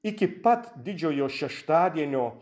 iki pat didžiojo šeštadienio